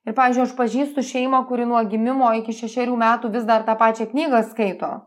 ir pavyzdžiui aš pažįstu šeimą kuri nuo gimimo iki šešerių metų vis dar tą pačią knygą skaito